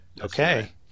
Okay